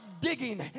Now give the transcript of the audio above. digging